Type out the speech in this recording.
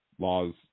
laws